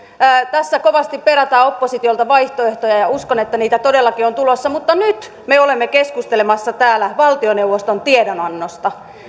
tässä kovasti perätään oppositiolta vaihtoehtoja ja uskon että niitä todellakin on tulossa mutta nyt me olemme keskustelemassa täällä valtioneuvoston tiedonannosta